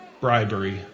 bribery